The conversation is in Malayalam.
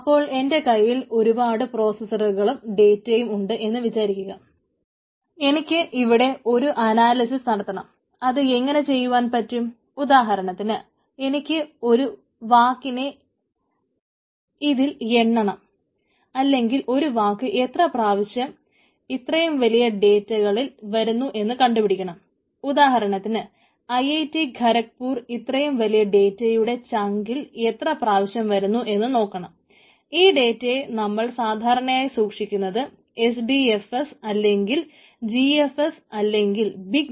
അപ്പോൾ എന്റെ കൈയിൽ ഒരുപാട് പ്രോസസ്സറുകളും ആണ്